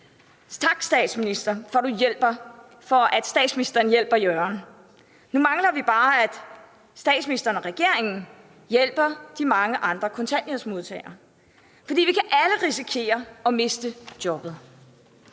Tak til statsministeren, for at han hjælper Jørgen. Nu mangler vi bare, at statsministeren og regeringen hjælper de mange andre kontanthjælpsmodtagere. For vi kan alle risikere at miste jobbet.